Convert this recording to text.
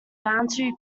boundary